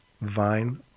vine